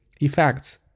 effects